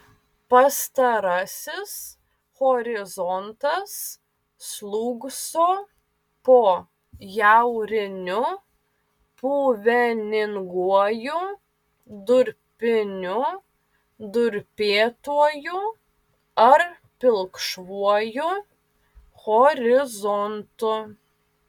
pastarasis horizontas slūgso po jauriniu puveninguoju durpiniu durpėtuoju ar pilkšvuoju horizontu